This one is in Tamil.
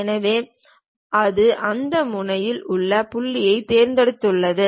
எனவே அது அந்த மூலையில் உள்ள புள்ளியைத் தேர்ந்தெடுத்துள்ளது